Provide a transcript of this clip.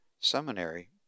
seminary